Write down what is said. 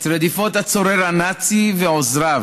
את רדיפות הצורר הנאצי ועוזריו,